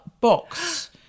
box